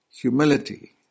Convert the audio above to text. Humility